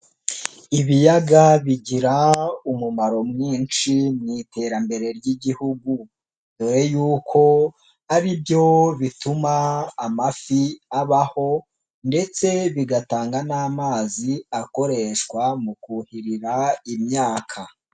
Ibiyaga bigira umumaro mwinshi mu iterambere ry'Igihugu, dore yuko ari byo bituma amafi abaho ndetse bigatanga n'amazi akoreshwa mu kuhirira imyaka.